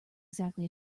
exactly